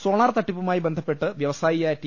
solar തട്ടിപ്പുമായി ബന്ധപ്പെട്ട് വ്യവസായിയായ ടി